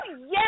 yes